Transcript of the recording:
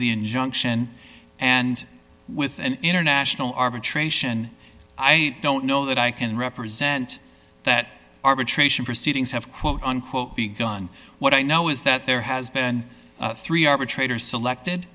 the injunction and with an international arbitration i don't know that i can represent that arbitration proceedings have quote unquote begun what i know is that there has been three arbitrator selected